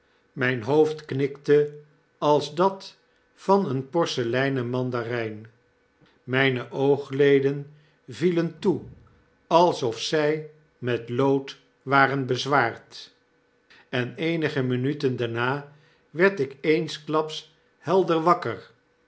mijn hoofd knikte als dat van een porseleinen mandarin mijne oogleden vielen toe alsof zy met lood waren bezwaard en eenige minuten daarna werd ik eensklaps helder walker